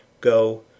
Go